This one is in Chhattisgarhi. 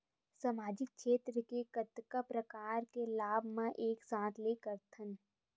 सामाजिक क्षेत्र के कतका प्रकार के लाभ मै एक साथ ले सकथव?